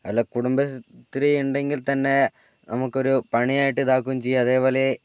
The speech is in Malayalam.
അല്ല കുടുംബശ്രീ ഉണ്ടെങ്കിൽതന്നെ നമുക്കൊരു പണിയായിട്ട് ഇതാക്കുകയും ചെയ്യാം അതേപോലെ